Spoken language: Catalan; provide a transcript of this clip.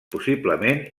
possiblement